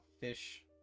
fish